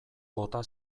bota